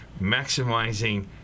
maximizing